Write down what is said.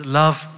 love